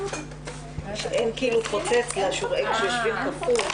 12:00.